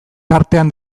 tartean